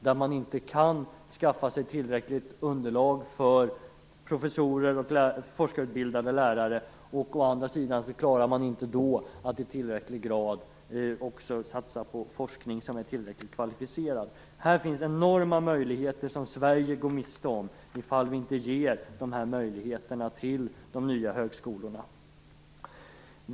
De kan inte skaffa sig tillräckligt underlag för professorer och forskarutbildade lärare. Å andra sidan klarar man då inte att i tillräcklig grad satsa på en forskning som är tillräckligt kvalificerad. Här finns enorma möjligheter som Sverige går miste om i fall vi inte ger dessa möjligheter till de nya högskolorna.